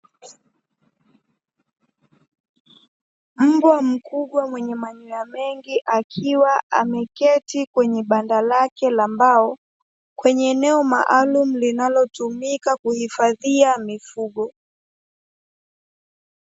Mbwa mkubwa mwenye manyoya mengi akiwa ameketi kwenye banda lake la mbao, kwenye eneo maalumu linalotumika kuhifadhia mifugo.